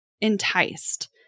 enticed